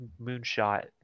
moonshot